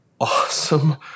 awesome